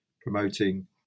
promoting